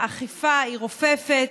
האכיפה היא רופפת,